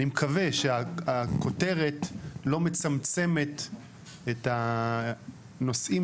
אני מקווה שהכותרת לא מצמצמת את הנושאים